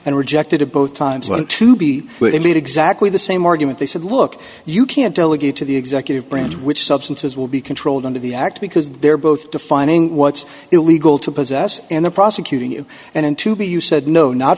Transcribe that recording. and rejected it both times want to be elite exactly the same argument they said look you can't delegate to the executive branch which substances will be controlled under the act because they're both defining what's illegal to possess and they're prosecuting you and into b you said no not